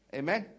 amen